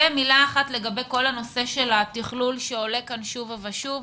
מילה אחת לגבי כל הנושא של התכלול שעולה כאן שוב ושוב.